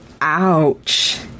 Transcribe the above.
ouch